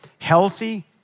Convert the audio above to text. Healthy